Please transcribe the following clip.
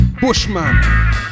Bushman